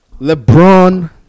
LeBron